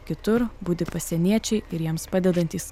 kitur budi pasieniečiai ir jiems padedantys